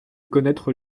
connaître